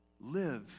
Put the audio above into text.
live